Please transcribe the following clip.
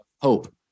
hope